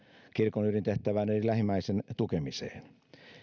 kirkon ydintehtävään eli lähimmäisen tukemiseen